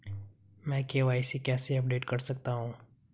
मैं के.वाई.सी कैसे अपडेट कर सकता हूं?